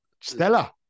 Stella